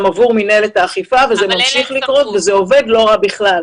עבור מינהלת האכיפה וזה ממשיך לקרות וזה עובד בכלל לא רע.